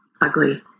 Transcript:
ugly